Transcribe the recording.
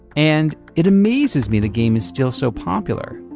and it amazes me the game is still so popular.